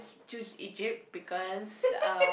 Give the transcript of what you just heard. choose Egypt because uh